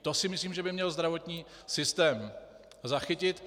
To si myslím, že by měl zdravotní systém zachytit.